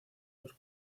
los